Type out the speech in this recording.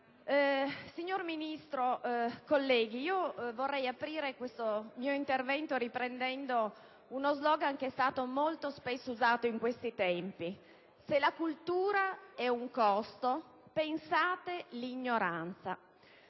Signor Ministro, colleghi, vorrei iniziare questo mio intervento riprendendo uno *slogan* che è stato molto spesso usato in questi tempi: se la cultura è un costo, pensate l'ignoranza.